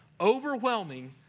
overwhelming